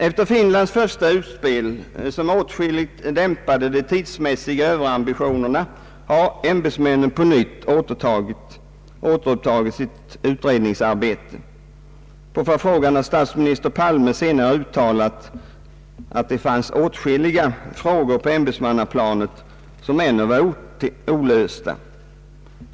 Efter Finlands första utspel, som åtskilligt dämpade de tidsmässiga överambitionerna, har ämbetsmännen på nytt återupptagit sitt utredningsarbete. På förfrågan har statsminister Palme senare uttalat, att det fanns åtskilliga frågor på ämbetsmannaplanet som ännu var olösta.